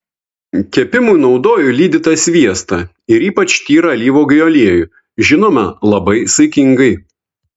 kepimui naudoju lydytą sviestą ir ypač tyrą alyvuogių aliejų žinoma labai saikingai